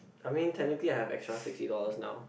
I mean technically I have extra sixty dollars now